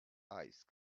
ice